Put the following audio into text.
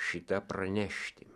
šį tą pranešti